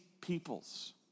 peoples